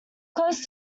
close